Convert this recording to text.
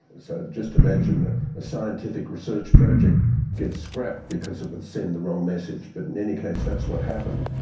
so just imagine the scientific research project gets scrapped because it would send the wrong message, but in any case that's what happened,